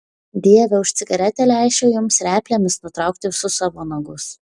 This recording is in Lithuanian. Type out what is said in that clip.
dieve už cigaretę leisčiau jums replėmis nutraukti visus savo nagus